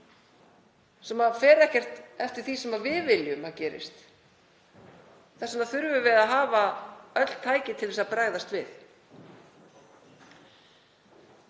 sem fer ekkert eftir því sem við viljum að gerist. Þess vegna þurfum við að hafa öll tæki til að bregðast við.